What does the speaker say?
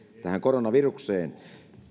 tähän koronavirukseen